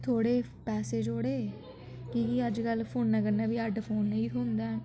फ्ही थोह्ड़े पैसे जोड़े कि के अज्जकल फोनै कन्नै बी हैडफोन नी थ्होंदे हैन